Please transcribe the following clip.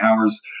hours